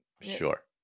sure